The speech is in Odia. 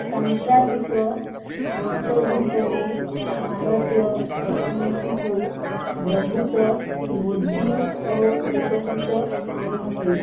ସାମ୍ପ୍ରତିକ ବର୍ଷ ଗୁଡ଼ିକରେ ଭାରତୀୟ ଅର୍ଥନୀତିକୁ ବହୁତ ବୃଦ୍ଧି ଓ ବିକଶିତ କରିଛି